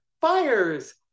fires